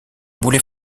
boulet